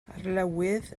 arlywydd